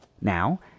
now